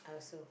I also